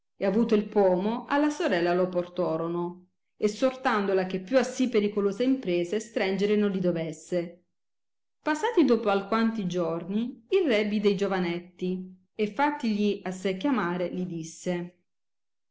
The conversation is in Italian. ed avuto il pomo alla sorella lo portorono essortandola che più a sì pericolose imprese strengere non li dovesse passati dopo alquanti giorni il re vide i giovanetti e fattigli a sé chiamare gli disse